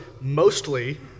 mostly